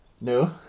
no